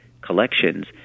collections